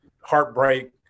heartbreak